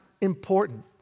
important